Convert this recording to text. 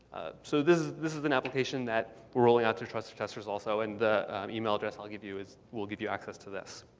so this this is an application that we're rolling out through trusted testers also. and the email address i'll give you will give you access to this.